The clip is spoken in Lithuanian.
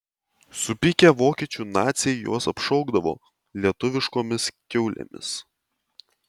supykę vokiečių naciai juos apšaukdavo lietuviškomis kiaulėmis